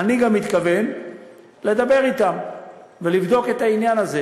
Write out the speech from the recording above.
אני גם מתכוון לדבר אתם ולבדוק את העניין הזה,